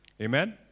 Amen